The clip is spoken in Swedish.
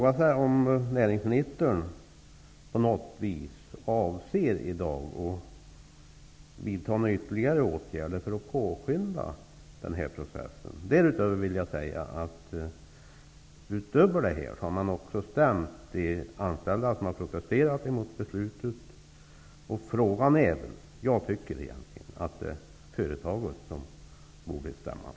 Avser näringsministern vidta ytterligare åtgärder för att påskynda denna process? Jag vill dessutom nämna att företaget har stämt de anställda som har protesterat mot beslutet. Jag tycker egentligen att det är företaget som borde stämmas.